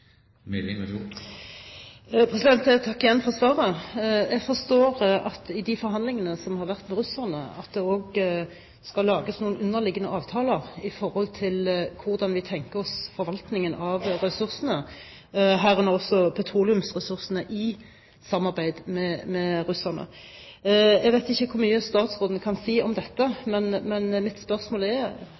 Jeg takker igjen for svaret. Jeg forstår ut fra de forhandlingene som har vært med russerne, at det også skal lages noen underliggende avtaler om hvordan vi tenker oss forvaltningen av ressursene, herunder også petroleumsressursene, i samarbeid med russerne. Jeg vet ikke hvor mye statsråden kan si om dette, men